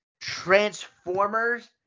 Transformers